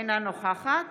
אינה נוכחת